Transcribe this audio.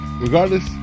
regardless